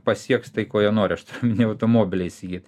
pasieks tai ko jie nori aš turiu omeny automobilį įsigyt